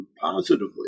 positively